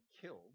killed